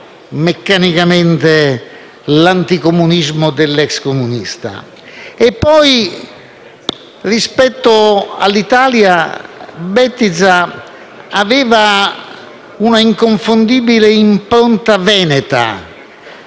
meccanicamente l'anticomunismo dell'*ex* comunista. E poi, rispetto all'Italia, Bettiza aveva un'inconfondibile impronta veneta,